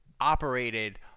operated